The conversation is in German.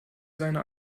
seine